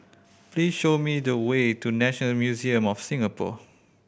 please show me the way to National Museum of Singapore